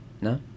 No